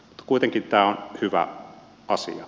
mutta kuitenkin tämä on hyvä asia